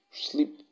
sleep